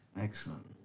Excellent